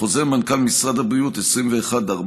חוזר מנכ"ל משרד הבריאות 21/14,